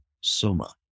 soma